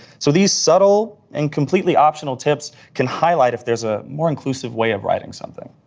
so these subtle and completely optional tips can highlight if there's a more inclusive way of writing something.